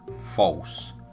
false